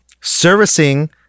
Servicing